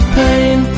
pain